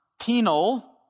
penal